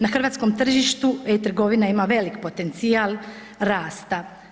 Na hrvatskom tržištu e-Trgovina ima velik potencijal rasta.